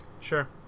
Sure